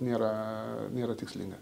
nėra nėra tikslinga